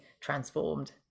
transformed